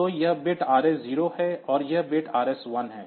तो यह bit RS0 है और यह बिट RS1 है